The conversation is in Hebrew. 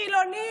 חילונים,